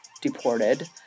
deported